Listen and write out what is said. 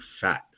fat